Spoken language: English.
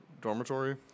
dormitory